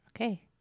Okay